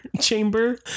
chamber